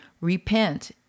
Repent